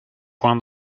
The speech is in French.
point